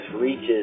reaches